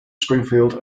springfield